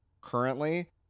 currently